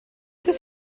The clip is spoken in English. this